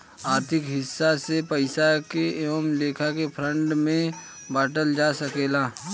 आर्थिक हिसाब से पइसा के कए लेखा के फंड में बांटल जा सकेला